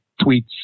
tweets